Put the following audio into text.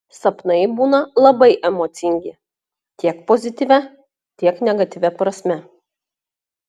sapnai būna labai emocingi tiek pozityvia tiek negatyvia prasme